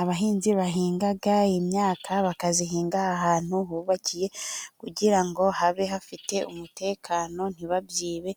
Abahinzi bahinga imyaka, bakazihinga ahantu hubakiye, kugira ngo habe hafite umutekano ntibabyibe.